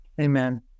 Amen